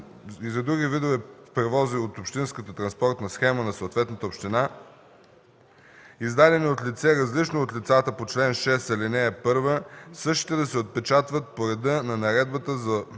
и за други видове превози от общинската транспортна схема на съответната община, издадени от лице, различно от лицата по чл. 6, ал. 1, същите да се отпечатват по реда на Наредбата за